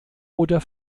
oder